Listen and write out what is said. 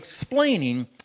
explaining